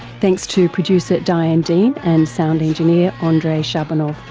thanks to producer diane dean and sound engineer ah andrei shabunov.